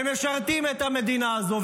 ומשרתים את המדינה הזו,